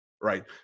right